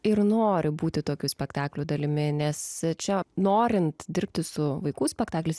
ir nori būti tokių spektaklių dalimi nes čia norint dirbti su vaikų spektaklis